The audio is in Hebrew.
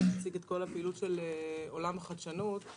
להציג את כל הפעילות של עולם החדשנות.